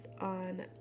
on